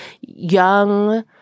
young